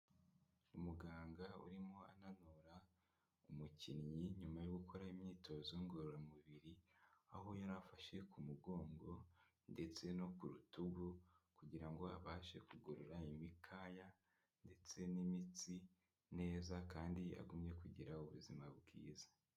Umuganga urimo ananura umukinnyi, nyuma yo gukora imyitozo ngororamubiri, aho yari afashe ku mugongo ndetse no ku rutugu kugira ngo abashe kugorora imikaya ndetse n'imitsi neza kandi agume kugira ubuzima bwiza.